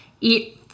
eat